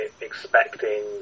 expecting